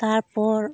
ᱛᱟᱨᱯᱚᱨ